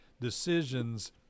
decisions